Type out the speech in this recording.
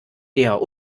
der